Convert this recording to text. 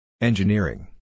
Engineering